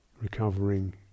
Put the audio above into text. Recovering